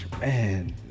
man